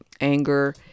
anger